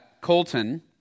Colton